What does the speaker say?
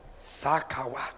Sakawa